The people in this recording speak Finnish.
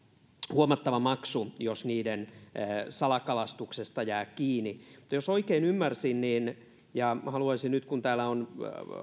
huomattava maksu jos uhanalaisten kalojen salakalastuksesta jää kiinni mutta jos oikein ymmärsin ja haluaisin nyt kysyä kun täällä on